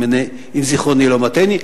אם זיכרוני אינו מטעני.